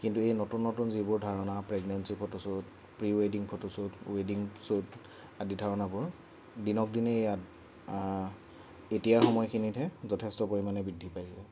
কিন্তু এই নতুন নতুন যিবোৰ ধাৰণা প্ৰেগনেঞ্চী ফটোশ্বুট প্ৰি ৱেডিং ফটোশ্বুট ৱেডিং শ্বুট আদি ধাৰণাবোৰ দিনক দিনে এতিয়াৰ সময়খিনিতহে যথেষ্ট পৰিমাণে বৃদ্ধি পাইছে